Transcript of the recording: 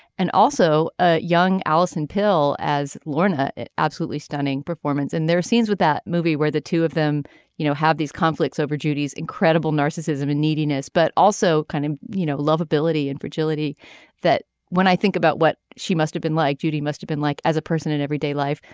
and also ah young alison pill as lorna. absolutely stunning performance in their scenes with that movie where the two of them you know have these conflicts over judy's incredible narcissism and neediness but also kind of you know love ability and fragility that when i think about what she must have been like judy must have been like as a person in everyday life.